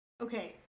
Okay